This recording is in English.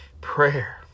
Prayer